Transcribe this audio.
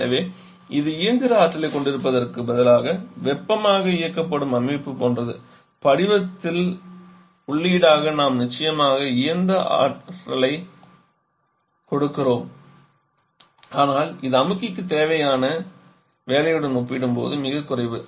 எனவே இது இயந்திர ஆற்றலைக் கொண்டிருப்பதற்குப் பதிலாக வெப்பமாக இயக்கப்படும் அமைப்பு போன்றது படிவத்தில் உள்ளீடாக நாம் நிச்சயமாக இயந்திர ஆற்றலைக் கொடுக்கிறோம் ஆனால் இது அமுக்கிக்குத் தேவையான வேலையுடன் ஒப்பிடும்போது மிகக் குறைவு